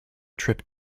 trip